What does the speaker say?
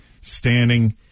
standing